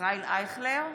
ישראל אייכלר,